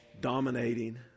dominating